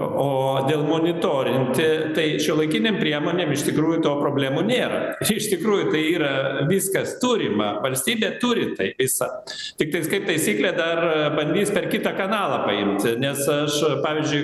o dėl monitorinti tai šiuolaikinėm priemonėm iš tikrųjų to problemų nėra iš tikrųjų tai yra viskas turima valstybė turi tai visa tiktais kaip taisyklė dar bandys per kitą kanalą paimt nes aš pavyzdžiui